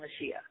Mashiach